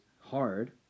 hard